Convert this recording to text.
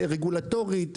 רגולטורית,